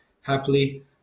happily